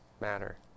matter